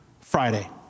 Friday